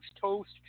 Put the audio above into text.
toast